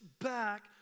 back